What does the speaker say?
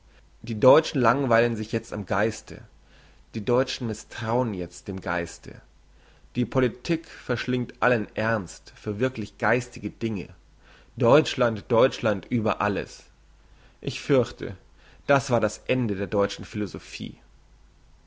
die deutschen langweilen sich jetzt am geiste die deutschen misstrauen jetzt dem geiste die politik verschlingt allen ernst für wirklich geistige dinge deutschland deutschland über alles ich fürchte das war das ende der deutschen philosophie